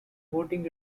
voting